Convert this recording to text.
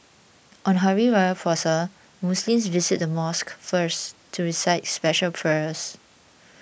on Hari Raya Puasa Muslims visit the mosque first to recite special prayers